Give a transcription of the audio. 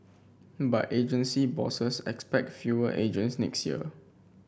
but agency bosses expect fewer agents next year